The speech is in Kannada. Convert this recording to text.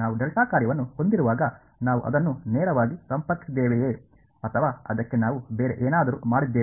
ನಾವು ಡೆಲ್ಟಾ ಕಾರ್ಯವನ್ನು ಹೊಂದಿರುವಾಗ ನಾವು ಅದನ್ನು ನೇರವಾಗಿ ಸಂಪರ್ಕಿಸಿದ್ದೇವೆಯೇ ಅಥವಾ ಅದಕ್ಕೆ ನಾವು ಬೇರೆ ಏನಾದರೂ ಮಾಡಿದ್ದೇವೆಯೇ